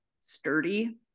sturdy